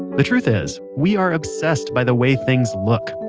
the truth is, we are obsessed by the way things look.